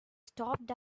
stopped